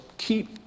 Keep